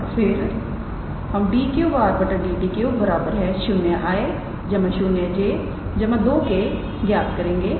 और फिर हम 𝑑 3𝑟⃗ 𝑑𝑡 3 0𝑖̂ 0𝑗̂ 2𝑘̂ ज्ञात करेंगे